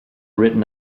written